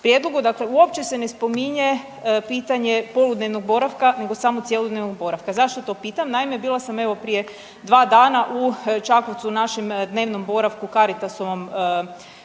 prijedlogu. Dakle, uopće se ne spominje pitanje poludnevnog boravka, nego samo cjelodnevnog boravka. Zašto to pitam. Naime, bila sam prije dva dana u Čakovcu u našem dnevnom boravku u Caritasovom